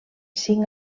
cinc